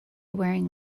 wearing